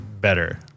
better